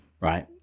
right